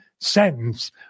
sentence